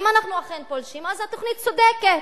אם אנחנו אכן פולשים, אז התוכנית צודקת.